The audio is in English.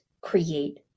create